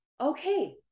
okay